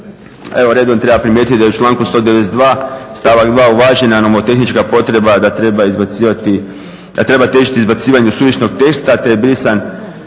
Evo redom treba primijetit da je u članku 192. stavak 2. uvažena nomotehnička potreba da treba težiti izbacivanju suvišnog teksta te je brisan